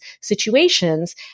situations